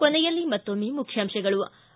ಕೊನೆಯಲ್ಲಿ ಮತ್ತೊಮ್ನೆ ಮುಖ್ಯಾಂಶಗಳು ಿ